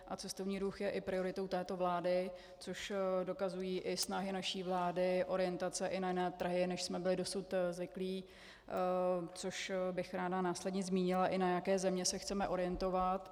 A cestovní ruch je prioritou i této vlády, což dokazují i snahy naší vlády, orientace i na jiné trhy, než jsme byli dosud zvyklí, což bych ráda následně zmínila, i na jaké země se chceme orientovat.